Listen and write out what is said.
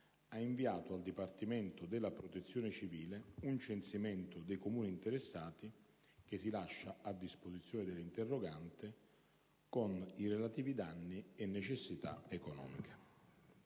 ha inviato, al dipartimento della protezione civile, un censimento dei Comuni interessati, a disposizione dell’interrogante, con i relativi danni e necessitaeconomiche.